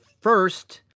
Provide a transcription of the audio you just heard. first